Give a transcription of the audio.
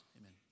Amen